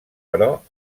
però